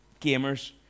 gamers